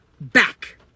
back